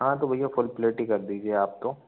हाँ तो भैया फ़ुल प्लेट ही कर दीजिए आप तो